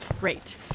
Great